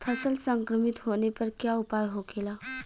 फसल संक्रमित होने पर क्या उपाय होखेला?